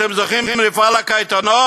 אתם זוכרים את מפעל הקייטנות?